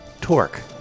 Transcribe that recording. Torque